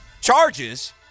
Charges